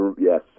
yes